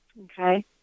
okay